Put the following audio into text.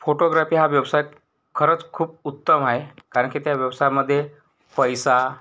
photography हा व्यवसाय खरंच खूप उत्तम आहे कारण की त्या व्यवसायामध्ये पैसा